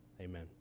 Amen